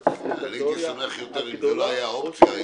הייתי שמח יותר אם זה לא היה אופציה.